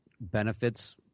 benefits